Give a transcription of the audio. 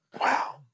Wow